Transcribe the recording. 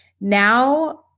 Now